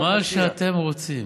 מה שאתם רוצים.